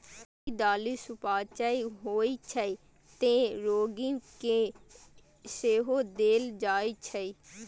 ई दालि सुपाच्य होइ छै, तें रोगी कें सेहो देल जाइ छै